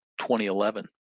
2011